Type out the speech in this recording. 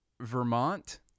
Vermont